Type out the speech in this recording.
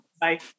Bye